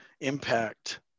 impact